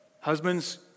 Husbands